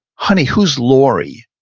honey, who's laurie?